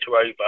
over